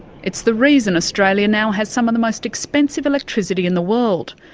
it's the reason australia now has some of the most expensive electricity in the world.